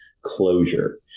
closure